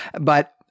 But-